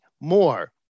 more